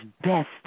best